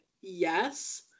yes